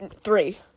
three